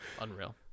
unreal